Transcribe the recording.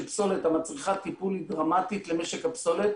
פסולת המצריכה טיפול דרמטי למשק הפסולת